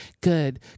good